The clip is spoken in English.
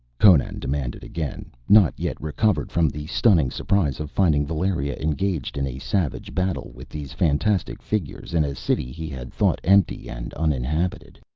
conan demanded again, not yet recovered from the stunning surprise of finding valeria engaged in a savage battle with these fantastic figures in a city he had thought empty and uninhabited.